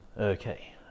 okay